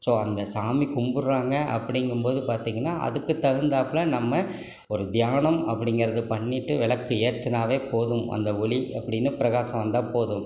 so அந்த சாமி கும்பிடுறாங்க அப்படிங்கும்போது பார்த்திங்கன்னா அதுக்கு தகுந்தாப்பில் நம்ம ஒரு தியானம் அப்படிங்கிறத பண்ணிட்டு விளக்கு ஏற்றுனாவே போதும் அந்த ஒளி அப்படினு பிரகாசம் வந்தால் போதும்